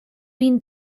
been